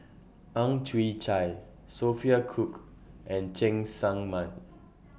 Ang Chwee Chai Sophia Cooke and Cheng Tsang Man